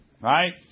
Right